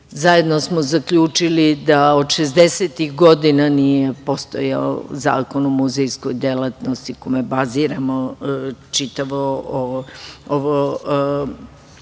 Zajedno smo zaključili da od šezdesetih godina nije postojao zakon o muzejskoj delatnosti, na kome baziramo čitavu brigu